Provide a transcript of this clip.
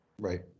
Right